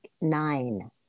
nine